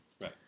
Right